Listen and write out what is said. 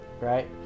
right